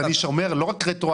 אז אני אומר: לא רק רטרואקטיבי,